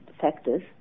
factors